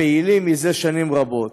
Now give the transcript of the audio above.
הפעילים מזה שנים רבות.